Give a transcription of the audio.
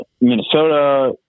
Minnesota